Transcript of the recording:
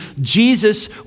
Jesus